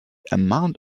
amount